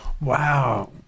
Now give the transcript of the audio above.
Wow